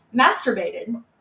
masturbated